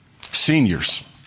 Seniors